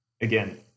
again